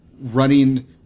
running